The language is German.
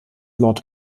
lord